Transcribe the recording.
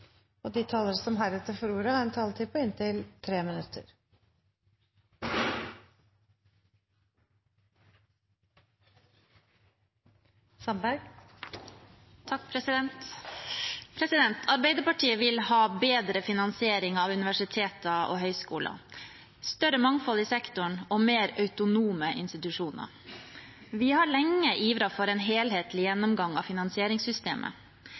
omme. De talere som heretter får ordet, har en taletid på inntil 3 minutter. Arbeiderpartiet vil ha bedre finansiering av universiteter og høyskoler, større mangfold i sektoren og mer autonome institusjoner. Vi har lenge ivret for en helhetlig gjennomgang av finansieringssystemet.